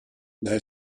dai